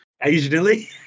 Occasionally